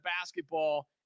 basketball